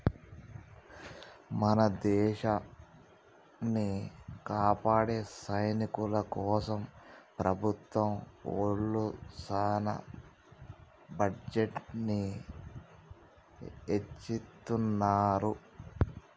మన దేసాన్ని కాపాడే సైనికుల కోసం ప్రభుత్వం ఒళ్ళు సాన బడ్జెట్ ని ఎచ్చిత్తున్నారు